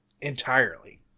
entirely